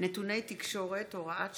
נתוני תקשורת) (הוראת שעה,